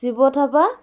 Shiva Thapa